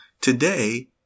today